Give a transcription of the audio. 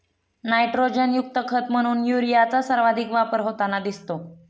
नायट्रोजनयुक्त खत म्हणून युरियाचा सर्वाधिक वापर होताना दिसतो